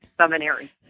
seminary